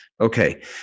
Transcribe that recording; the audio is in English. okay